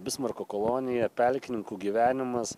bismarko kolonija pelkininkų gyvenimas